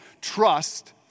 trust